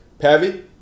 Pavy